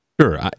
Sure